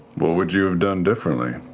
what would you have done differently?